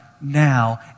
now